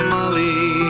Molly